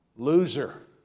Loser